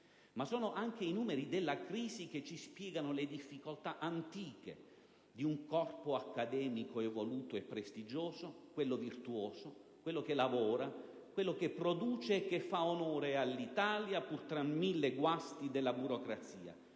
però, anche i numeri della crisi che ci spiegano le difficoltà antiche di un corpo accademico evoluto e prestigioso, quello virtuoso, quello che lavora, quello che produce e che fa onore all'Italia pur tra i mille guasti della burocrazia,